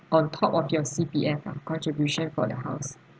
on top of your C_P_F ah contribution for the house